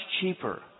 cheaper